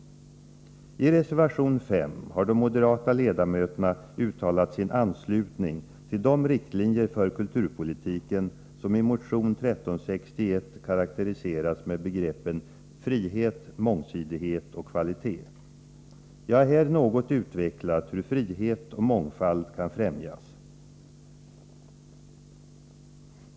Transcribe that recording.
I reservation 5 har de moderata ledamöterna uttalat sin anslutning till de riktlinjer för kulturpolitiken som i motion 1361 karakteriserats med begreppen frihet, mångsidighet och kvalitet. Jag har här något utvecklat hur frihet och mångfald kan främjas.